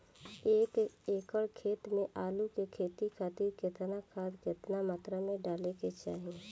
एक एकड़ खेत मे आलू के खेती खातिर केतना खाद केतना मात्रा मे डाले के चाही?